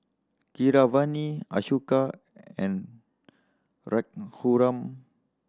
Keeravani Ashoka and Raghuram